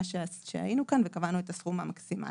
שהיינו כאן וקבענו את הסכום המקסימלי.